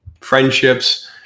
friendships